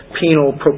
penal